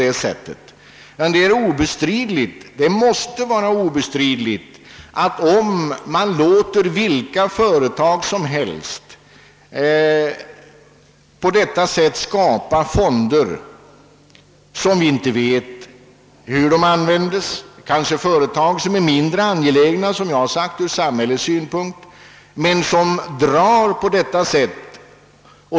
Det är obestridligt att det inte går att låta vilka företag som helst skapa fonder på detta sätt — företag som kanske är mindre angelägna ur samhällets synpunkt och fonder som vi inte vet hur de används.